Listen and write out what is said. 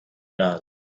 does